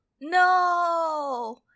No